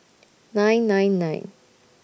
nine nine nine